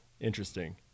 interesting